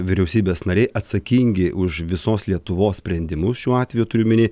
vyriausybės nariai atsakingi už visos lietuvos sprendimus šiuo atveju turiu omeny